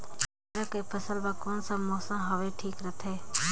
अदरक के फसल बार कोन सा मौसम हवे ठीक रथे?